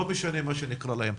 לא משנה איך נקרא להם,